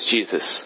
Jesus